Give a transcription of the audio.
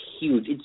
huge